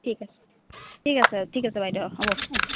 ঠিক আছে ঠিক আছে ঠিক আছে বাইদেউ হ'ব